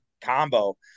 combo